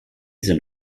sind